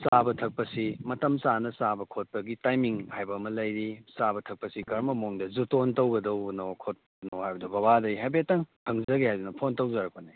ꯆꯥꯕ ꯊꯛꯄꯁꯤ ꯃꯇꯝ ꯆꯥꯅ ꯆꯥꯕ ꯈꯣꯠꯄꯒꯤ ꯇꯥꯏꯃꯤꯡ ꯍꯥꯏꯕ ꯑꯃ ꯂꯩꯔꯤ ꯆꯥꯕ ꯊꯛꯄꯁꯤ ꯀꯔꯝꯕ ꯃꯑꯣꯡꯗ ꯖꯨꯇꯣꯟ ꯇꯧꯒꯗꯕꯅꯣ ꯈꯣꯠꯄꯅꯣ ꯍꯥꯏꯕꯗꯨ ꯕꯕꯥꯗꯩ ꯍꯥꯏꯐꯦꯠꯇꯪ ꯈꯪꯖꯒꯦ ꯍꯥꯏꯗꯨꯅ ꯐꯣꯟ ꯇꯧꯖꯔꯛꯄꯅꯤ